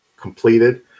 completed